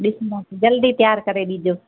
ॾिसंदासीं जल्दी त्यारु करे ॾिजो